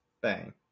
Bang